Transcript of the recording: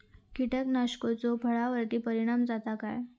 कीटकनाशकाचो फळावर्ती परिणाम जाता काय?